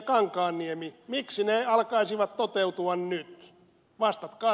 kankaanniemi miksi ne alkaisivat toteutua nyt